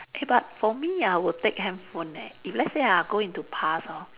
but for me I will take handphone eh if let's say ah I go into past hor